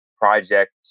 project